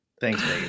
Thanks